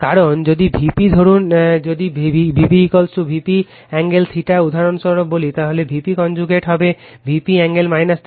কারণ যদি Vp ধরুন যদি Vp Vp কোণ θ উদাহরণ স্বরূপ বলি তাহলে Vp conjugate হবে Vp angle θ